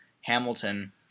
Hamilton